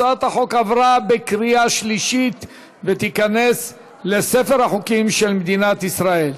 הצעת החוק עברה בקריאה שלישית ותיכנס לספר החוקים של מדינת ישראל.